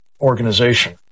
organization